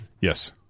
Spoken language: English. Yes